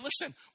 listen